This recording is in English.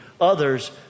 others